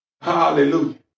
Hallelujah